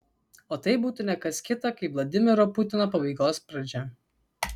o tai būtų ne kas kita kaip vladimiro putino pabaigos pradžia